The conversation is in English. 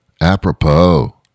Apropos